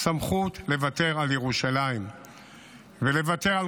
סמכות לוותר על ירושלים ולוותר על